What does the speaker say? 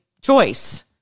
choice